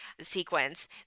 sequence